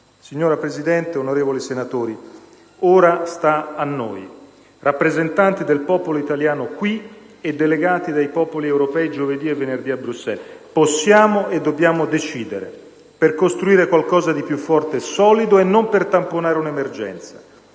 Signora Presidente, onorevoli senatori, ora sta a noi, rappresentanti del popolo italiano, qui, e delegati dai popoli europei, giovedì e venerdì a Bruxelles: possiamo e dobbiamo decidere per costruire qualcosa di più forte e solido, e non per tamponare un'emergenza.